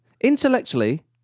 Intellectually